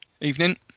Evening